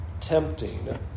tempting